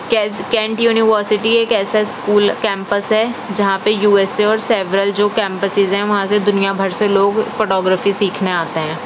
Kent university ایک ایسا school campus ہے جہاں پہ یو ایس اے اور سیورل جو کیمپسیس ہیں وہاں سے دنیا بھر سے لوگ فوٹو گرافی سیکھنے آتے ہیں